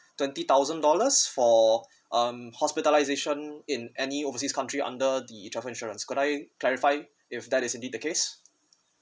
twenty thousand dollars for um hospitalisation in any overseas country under the travel insurance could I clarify if that is indeed the case